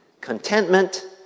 contentment